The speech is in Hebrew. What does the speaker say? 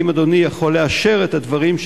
האם אדוני יכול לאשר את הדברים,